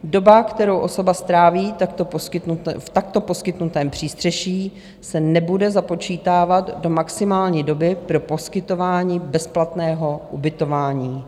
Doba, kterou osoba stráví v takto poskytnutém přístřeší, se nebude započítávat do maximální doby pro poskytování bezplatného ubytování.